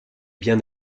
bien